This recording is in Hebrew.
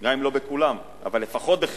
אולי לא בכולם, אבל לפחות בחלקם,